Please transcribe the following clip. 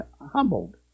humbled